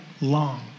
long